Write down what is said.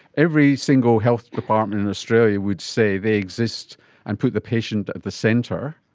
every single health department in australia would say they exist and put the patient at the centre.